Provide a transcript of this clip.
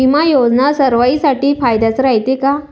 बिमा योजना सर्वाईसाठी फायद्याचं रायते का?